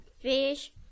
fish